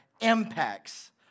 impacts